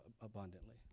abundantly